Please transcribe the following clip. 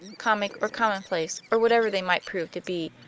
comic or commonplace or whatever they might prove to be,